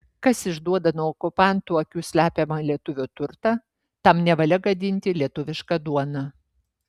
kas išduoda nuo okupantų akių slepiamą lietuvio turtą tam nevalia gadinti lietuvišką duoną